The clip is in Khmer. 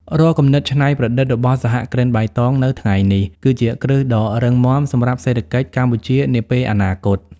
រាល់គំនិតច្នៃប្រឌិតរបស់សហគ្រិនបៃតងនៅថ្ងៃនេះ គឺជាគ្រឹះដ៏រឹងមាំសម្រាប់សេដ្ឋកិច្ចកម្ពុជានាពេលអនាគត។